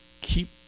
keep